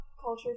Culture